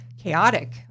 chaotic